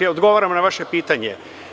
Dakle, odgovaram na vaše pitanje.